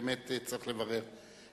באמת צריך לברר.